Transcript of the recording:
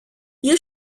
you